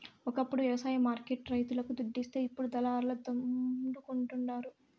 ఒకప్పుడు వ్యవసాయ మార్కెట్ లు రైతులకు దుడ్డిస్తే ఇప్పుడు దళారుల దండుకుంటండారు